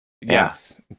Yes